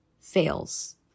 fails